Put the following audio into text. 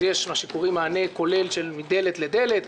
אז יש מה שנקרא מענה כולל מדלת לדלת,